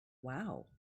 wow